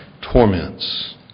torments